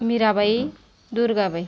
Mirabai Durgabai